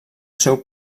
seu